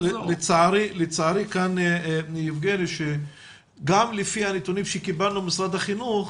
לצערי יבגני גם לפי הנתונים שקיבלנו ממשרד החינוך